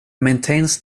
maintains